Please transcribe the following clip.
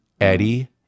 Eddie